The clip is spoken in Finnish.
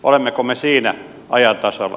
olemmeko me siinä ajan tasalla